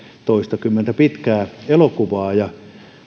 toistakymmentä pitkää elokuvaa ja